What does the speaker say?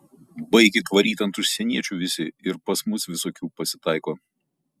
baikit varyt ant užsieniečių visi ir pas mus visokių pasitaiko